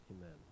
Amen